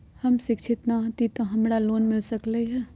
हम शिक्षित न हाति तयो हमरा लोन मिल सकलई ह?